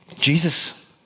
Jesus